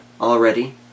already